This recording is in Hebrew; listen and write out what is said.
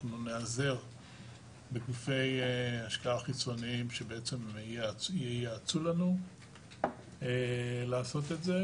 אנחנו ניעזר בגופי השקעה חיצוניים שייעצו לנו איך לעשות את זה,